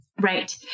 Right